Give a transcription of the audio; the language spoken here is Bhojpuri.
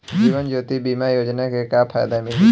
जीवन ज्योति बीमा योजना के का फायदा मिली?